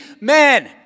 men